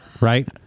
right